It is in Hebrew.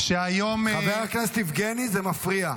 חבר הכנסת יבגני, זה מפריע.